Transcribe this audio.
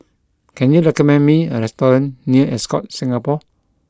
can you recommend me a restaurant near Ascott Singapore